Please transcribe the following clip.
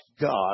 God